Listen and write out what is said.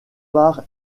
part